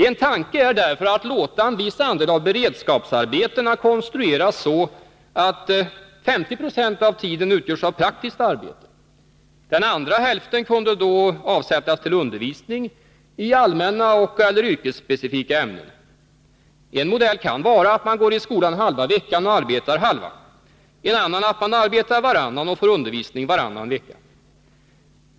En tanke är därför att konstruera en viss andel av beredskapsarbetena så, att 50 20 av tiden utgörs av praktiskt arbete. Den andra hälften kunde då avsättas till undervisning i allmänna och/eller yrkesspecifika ämnen. En modell kan vara att man går i skolan halva veckan och arbetar halva, en annan att man arbetar varannan och får undervisning varannan vecka.